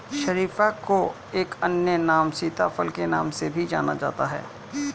शरीफा को एक अन्य नाम सीताफल के नाम से भी जाना जाता है